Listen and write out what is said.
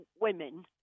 women